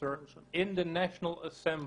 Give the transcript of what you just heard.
הצטרפות של נוער לעשן סיגריות.